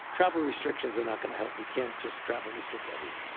travel restrictions are not gonna help. you can't just travel-restrict everyone.